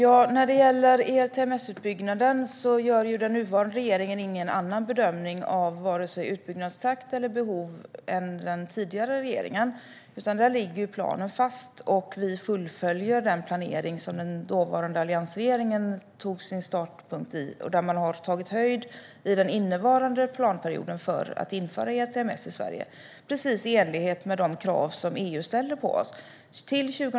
Herr talman! Den nuvarande regeringen gör ingen annan bedömning av vare sig utbyggnadstakt eller behov än den tidigare regeringen vad gäller ERTMS. Planen ligger fast, och vi fullföljer den planering som den dåvarande alliansregeringen startade. I den innevarande planperioden har man tagit höjd för att införa ERTMS i Sverige. Detta är precis i enlighet med de krav som EU ställer på oss.